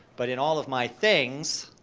but in all of my things,